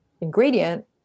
ingredient